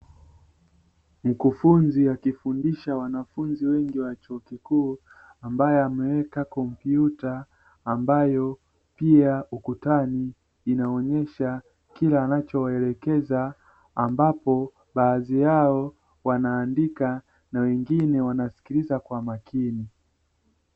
Mkufunzi akifundisha wanafunzi wengi wa chuo kikuu, ambaye ameweka kompyuta ambayo pia ukutani inaonesha kile anachowaelekeza. Ambapo baadhi yao wanaandika na wengine wanasikiliza kwa makini.